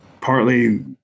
partly